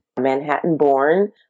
Manhattan-born